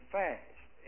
fast